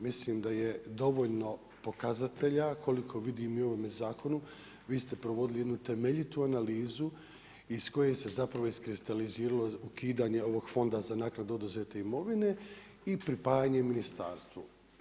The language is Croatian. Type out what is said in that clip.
Mislim da je dovoljno pokazatelja, koliko vidim i u ovome zakonu vi ste provodili jednu temeljitu analizu iz koje se iskristaliziralo ukidanje ovog Fonda za naknadu oduzete imovine i pripajanje ministarstvu.